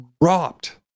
dropped